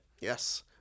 Yes